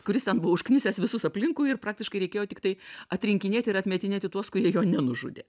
kuris ten buvo užknisęs visus aplinkui ir praktiškai reikėjo tiktai atrinkinėti ir atmetinėti tuos kurie jo nenužudė